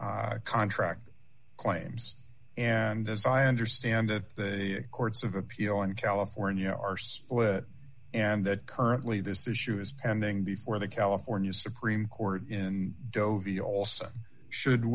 n contract claims and as i understand that the courts of appeal in california are split and that currently this issue is pending before the california supreme court in doe the olson should